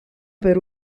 per